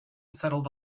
settled